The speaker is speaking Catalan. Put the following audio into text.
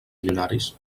milionaris